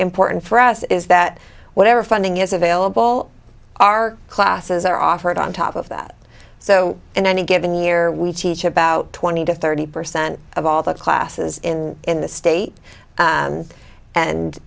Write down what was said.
important for us is that whatever funding is available our classes are offered on top of that so in any given year we teach about twenty to thirty percent of all the classes in the state